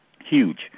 huge